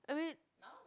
I mean